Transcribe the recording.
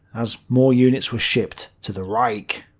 as more units were shipped to the reich.